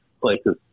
places